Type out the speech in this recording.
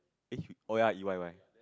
eh oh ya E_Y E_Y